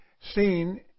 seen